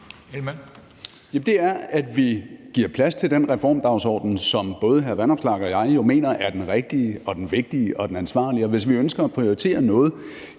det er, at vi giver plads til den reformdagsorden, som både hr. Alex Vanopslagh og jeg mener er den rigtige og den vigtige og den ansvarlige. Og hvis vi ønsker at prioritere noget